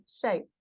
shape